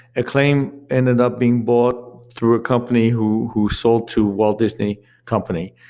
acclaim ended up being bought through a company who who sold to walt disney company.